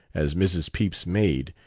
as mrs. pepys' maid,